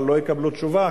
אבל לא יקבלו תשובה,